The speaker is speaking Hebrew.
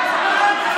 תודה.